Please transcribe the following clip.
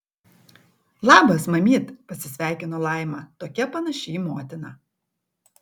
labas mamyt pasisveikino laima tokia panaši į motiną